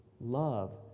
Love